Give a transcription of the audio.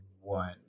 one